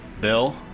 Bill